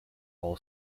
all